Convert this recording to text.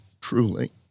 truly